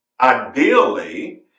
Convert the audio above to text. Ideally